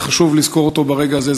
וחשוב לזכור אותו ברגע הזה,